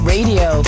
Radio